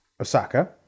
Osaka